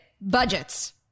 Budgets